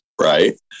Right